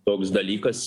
toks dalykas